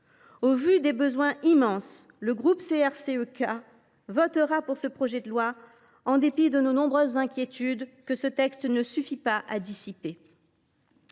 de ces besoins, nous, membres du groupe CRCE K, voterons pour ce projet de loi en dépit de nos nombreuses inquiétudes, que ce texte ne suffit pas à dissiper.